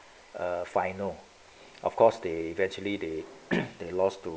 uh final of course they eventually they they lost to